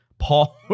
Paul